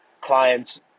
clients